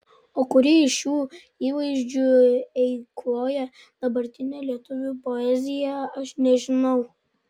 o kurį iš šių įvaizdžių eikvoja dabartinė lietuvių poezija aš nežinau